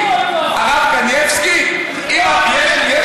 הרב קנייבסקי?